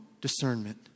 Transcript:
discernment